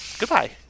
goodbye